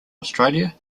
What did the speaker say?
australia